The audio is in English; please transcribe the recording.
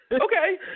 okay